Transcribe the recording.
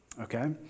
okay